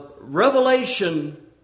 revelation